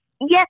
Yes